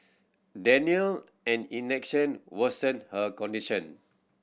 Denial and inaction worsened her condition